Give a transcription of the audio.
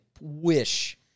wish